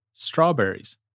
Strawberries